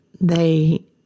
They